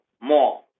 more